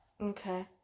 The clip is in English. okay